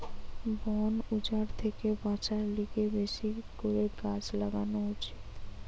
বন উজাড় থেকে বাঁচার লিগে বেশি করে গাছ লাগান উচিত